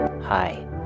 Hi